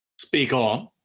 speak on.